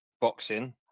boxing